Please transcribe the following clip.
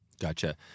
Gotcha